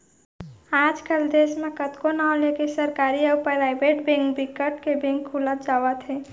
आज कल देस म कतको नांव लेके सरकारी अउ पराइबेट बेंक बिकट के बेंक खुलत जावत हे